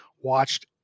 watched